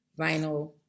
vinyl